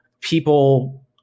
people